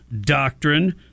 doctrine